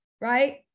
right